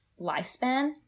lifespan